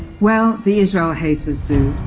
well, the israel-haters do.